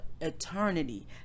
eternity